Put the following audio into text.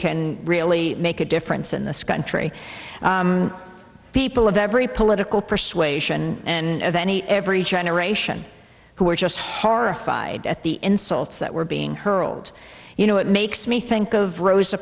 can really make a difference in this country people of every political persuasion and any every generation who are just horrified at the insults that were being hurled you know it makes me think of rosa